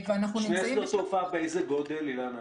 שני שדות תעופה באיזה גודל, אילנה?